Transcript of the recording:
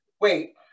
wait